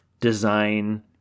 design